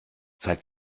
zeigt